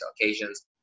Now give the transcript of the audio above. occasions